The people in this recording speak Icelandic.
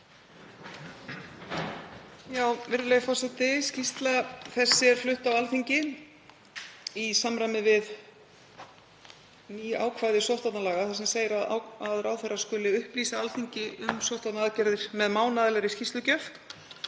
Virðulegi forseti. Skýrsla þessi er flutt á Alþingi í samræmi við ný ákvæði sóttvarnalaga þar sem segir að ráðherra skuli upplýsa Alþingi um sóttvarnaaðgerðir með mánaðarlegri skýrslugjöf,